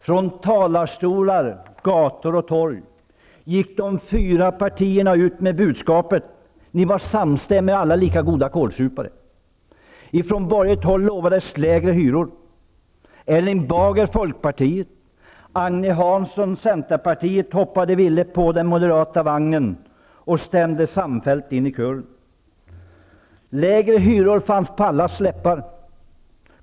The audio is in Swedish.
Från talarstolar, på gator och torg, gick de fyra partierna ut med detta budskap. Ni var samstämmiga och alla lika goda kålsupare. Centerpartiet, hoppade villigt på den moderata vagnen och stämde gemensamt in i kören. Lägre hyror fanns på allas läppar.